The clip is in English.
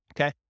okay